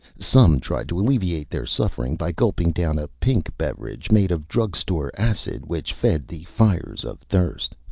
some tried to alleviate their sufferings by gulping down a pink beverage made of drug-store acid, which fed the fires of thirst.